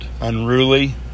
unruly